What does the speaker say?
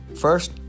First